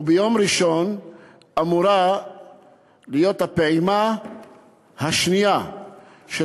וביום ראשון אמורה להיות הפעימה השלשית של